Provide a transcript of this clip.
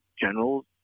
generals